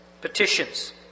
petitions